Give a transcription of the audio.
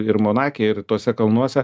ir monake ir tuose kalnuose